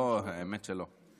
לא, האמת שלא.